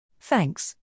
Thanks